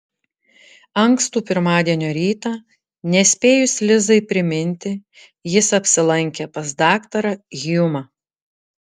ankstų pirmadienio rytą nespėjus lizai priminti jis apsilankė pas daktarą hjumą